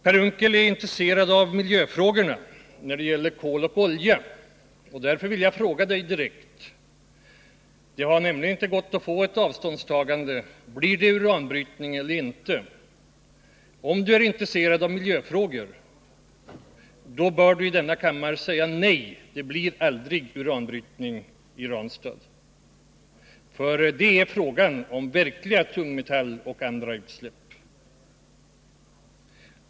Per Unckel är intresserad av miljöaspekterna när det gäller kol och olja, och därför vill jag fråga honom direkt — det har nämligen inte varit möjligt att få något avståndstagande på den punkten — om det kommer att bli aktuellt med uranbrytning eller inte. Om han är intresserad av miljöfrågor bör han här i kammaren svara nej på den frågan, dvs. att det aldrig kommer att bli någon uranbrytning i Ranstad. Vid en sådan brytning blir det nämligen fråga om ordentliga utsläpp av tungmetaller och andra ämnen.